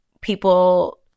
people